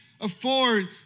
afford